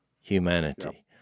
humanity